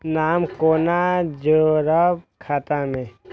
नाम कोना जोरब खाता मे